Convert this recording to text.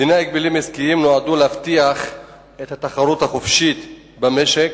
דיני ההגבלים העסקיים נועדו להבטיח את התחרות החופשית במשק,